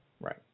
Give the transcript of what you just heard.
right